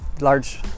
large